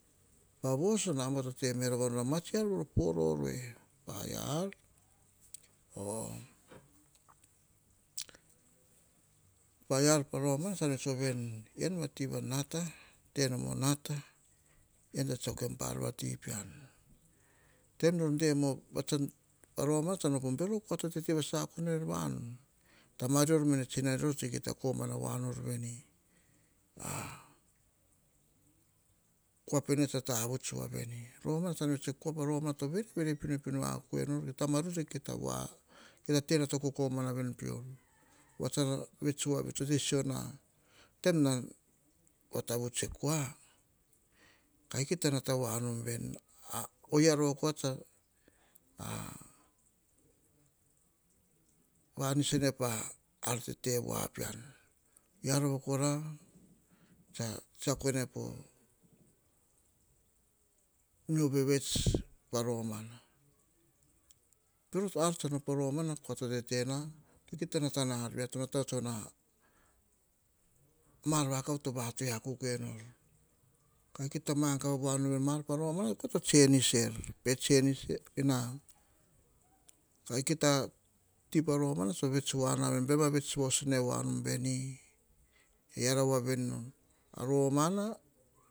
Pa voso, namba na to te nor, ma tsi ar rorue paia ar, to sata na, tsa ra tsue va veni vian va ti va nata, te na ta evian tsa tsiako pa ar va ti pean. Taim no de ma, pa romana bero kua to tete va sakuk kuer nor enn vanu tama rior, tsina rior kia ta koma wa nor veni kua pene tsa ta vuts wa veni. Romana, tsan vets oh kua pa romana to vere vere pino akuk we nor, tama rior kia ta, kia to kokomana veni taim nan va ta vuts e kua, kia ta nata wa nom veni. O via rova kora tsiakoin ne po nu vevets pa romana. Kua tsa tete na kia ta nata na, arvia vata vuts, mar to vatugi vakav we nor kia ta mangava wa nor, mar pa romana to panis er, i kai ti pa romana tsa vets wa veni vets was nai veni, iara vo ven nom. A romana